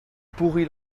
pourrie